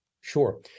Sure